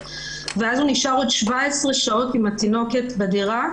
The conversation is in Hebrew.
ואז הוא נשאר עוד 17 שעות עם התינוקת בדירה.